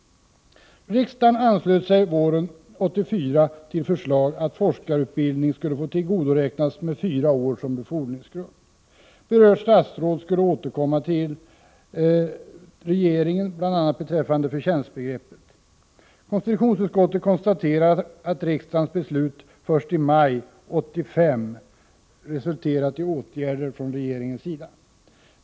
Riksdagen anslöt sig våren 1984 till förslag att forskarutbildning skulle få tillgodoräknas med fyra år som befordringsgrund. Berört statsråd skulle återkomma till regeringen bl.a. beträffande förtjänstbegreppet. Konstitutionsutskottet konstaterar att riksdagens beslut först i maj 1985 resulterat i åtgärder från regeringens sida.